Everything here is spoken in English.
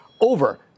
over